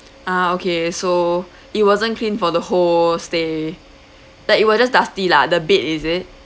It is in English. ah okay so it wasn't cleaned for the whole stay like it was just dusty lah the bed is it